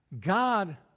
God